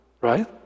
right